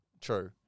true